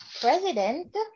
president